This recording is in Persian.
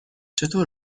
چطور